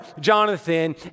Jonathan